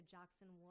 Jackson